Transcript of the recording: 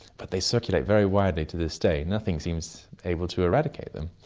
but they circulate very widely to this day. nothing seems able to eradicate them.